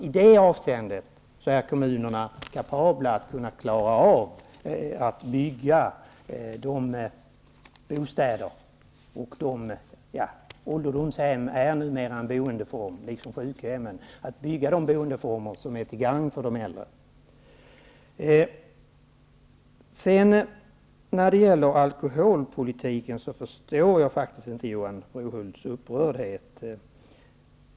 I det avseendet tror jag att kommunerna är kapabla att bygga de bostäder -- ålderdomshem är numera en boendeform, liksom sjukhemmen -- som är till gagn för de äldre. När det gäller alkoholpolitiken förstår jag faktiskt inte Johan Brohults upprördhet.